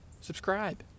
subscribe